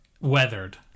weathered